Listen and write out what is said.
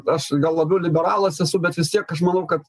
aš gal labiau liberalas esu bet vis tiek aš manau kad